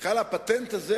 ויבוא שר האוצר,